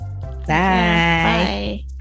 Bye